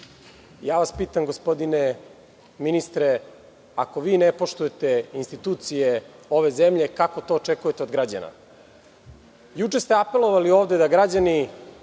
Pitam vas, gospodine ministre, ako vi ne poštujete institucije ove zemlje, kako to očekujete od građana? Juče ste apelovali ovde da građani